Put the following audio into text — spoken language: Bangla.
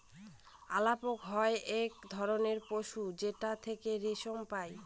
আলাপক হয় এক ধরনের পশু যেটার থেকে রেশম পাই